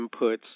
inputs